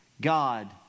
God